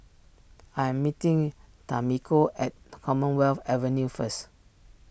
I am meeting Tamiko at Commonwealth Avenue first